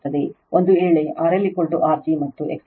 ಒಂದು ವೇಳೆ RLR g ಮತ್ತು XL X g